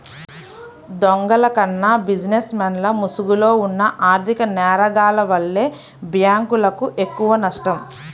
దొంగల కన్నా బిజినెస్ మెన్ల ముసుగులో ఉన్న ఆర్ధిక నేరగాల్ల వల్లే బ్యేంకులకు ఎక్కువనష్టం